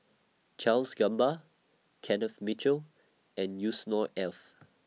Charles Gamba Kenneth Mitchell and Yusnor Ef